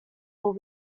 will